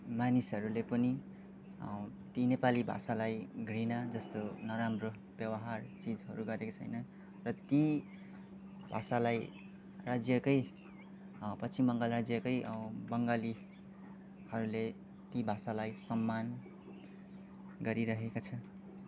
मानिसहरूले पनि ती नेपाली भाषालाई घृणा जस्तो नराम्रो व्यवहार चिजहरू गरेको छैन र ती भाषालाई राज्य कै पश्चिम बङ्गाल राज्यकै बङ्गालीहरूले ती भाषालाई सम्मान गरिरहेका छ